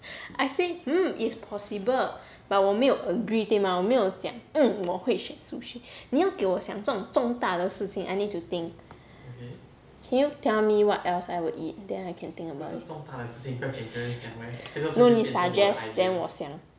I say mm it's possible but 我没有 agree 对吗我没有讲我会选 sushi 你要给我想这种重大的事情 I need to think can you tell me what else I would eat then I can think about it no 你 suggest then 我想